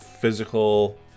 physical